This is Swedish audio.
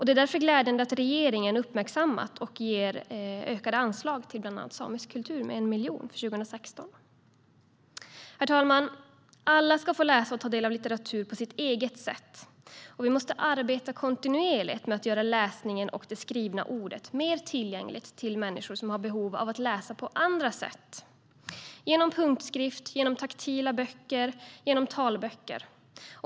Det är därför glädjande att regeringen har uppmärksammat och ger ökade anslag till bland annat samisk kultur med 1 miljon för 2016. Herr talman! Alla ska få läsa och ta del av litteratur på sitt eget sätt. Vi måste arbeta kontinuerligt med att göra läsningen och det skrivna ordet mer tillgängligt för människor som har behov av att läsa på andra sätt - genom punktskrift, genom taktila böcker och genom talböcker.